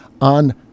on